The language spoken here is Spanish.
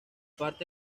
parte